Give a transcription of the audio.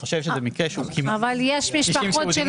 אבל אלה מעשים שבכל